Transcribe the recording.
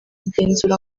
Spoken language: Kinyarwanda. igenzura